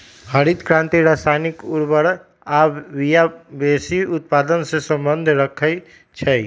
हरित क्रांति रसायनिक उर्वर आ बिया वेशी उत्पादन से सम्बन्ध रखै छै